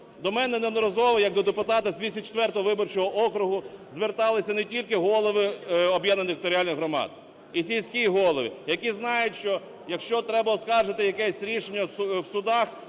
До мене неодноразово як до депутата з 204 виборчого округу зверталися не тільки голови об'єднаних територіальних громад, і сільські голови, які знають, що якщо треба оскаржити якесь рішення в судах,